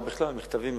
או בכלל מכתבים,